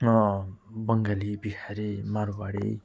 Bengali Bihari Marwari